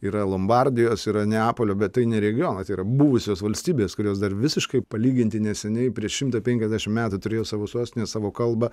yra lombardijos yra neapolio bet tai ne regionas tai yra buvusios valstybės kurios dar visiškai palyginti neseniai prieš šimtą penkiasdešimt metų turėjo savo sostinę savo kalbą